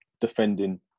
defending